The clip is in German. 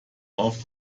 auf